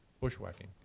bushwhacking